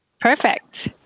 Perfect